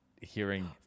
hearing